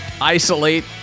isolate